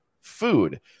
food